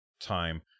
time